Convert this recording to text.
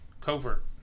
covert